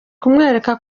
kumwereka